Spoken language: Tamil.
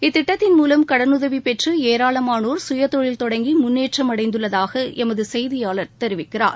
இத்திட்டத்தின் மூலம் கடனுதவி பெற்று ஏராளமானோா் கயதொழில் தொடங்கி முன்னேற்றம் அடைந்துள்ளதாக எமது செய்தியாளர் தெரிவிக்கிறார்